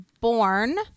born